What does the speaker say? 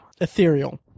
Ethereal